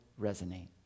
resonate